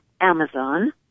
Amazon